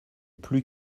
plus